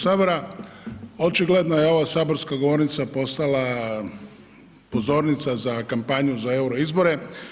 Očigledno je ova saborska govornica postala pozornica za kampanju za euro izbore.